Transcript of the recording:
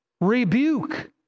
rebuke